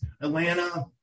Atlanta